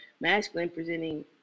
masculine-presenting